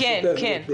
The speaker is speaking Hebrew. ברשותך גבירתי,